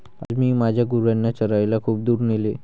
आज मी माझ्या गुरांना चरायला खूप दूर नेले